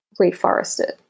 reforested